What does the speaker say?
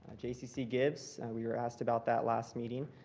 jccc gives. we were asked about that last meeting.